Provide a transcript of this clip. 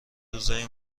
روزهای